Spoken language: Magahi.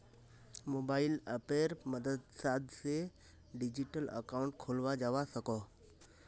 मोबाइल अप्पेर मद्साद से डिजिटल अकाउंट खोलाल जावा सकोह